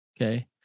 Okay